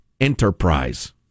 enterprise